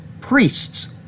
priests